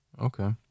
okay